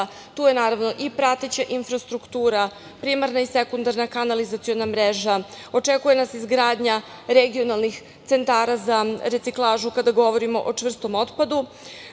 tu je naravno i prateća infrastruktura, primarna i sekundarna kanalizaciona mreža, očekuje nas izgradnja regionalnih centara za reciklažu kada govorimo o čvrstom otpadu. Gradovi